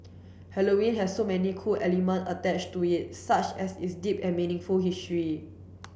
Halloween has so many cool element attached to it such as its deep and meaningful history